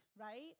right